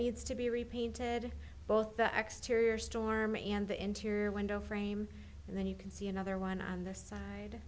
needs to be repainted both the exterior storm and the interior window frame and then you can see another one on the side